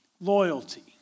Loyalty